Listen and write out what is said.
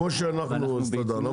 כמו שאנחנו הסתדרנו,